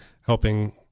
helping –